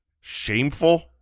shameful